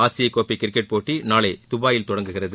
ஆசிய கோப்பை கிரிக்கெட் போட்டி நாளை துபாயில் தொடங்குகிறது